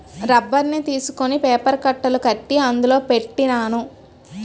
రబ్బర్ని తీసుకొని పేపర్ కట్టలు కట్టి అందులో పెట్టినాను